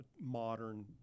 modern